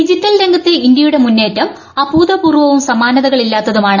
digital രംഗത്തെ ഇന്ത്യയുടെ മുന്നേറ്റം അഭൂതപൂർവവും സമാനതകളില്ലാത്തതുമാണ്